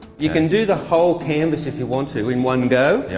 you can do the whole canvas if you want to in one go